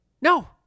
No